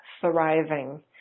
thriving